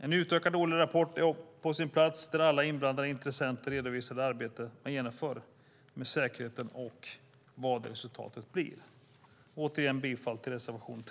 En utökad årlig rapport är på sin plats där alla inblandade intressenter redovisar det arbete de genomför med säkerheten och resultatet av det.